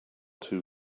too